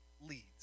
leads